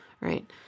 Right